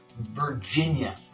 Virginia